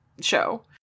show